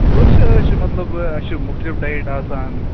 اوس یہِ اَسہِ چھُ مطلب اَسہِ چھِ مختلف ڈایِٹ آسان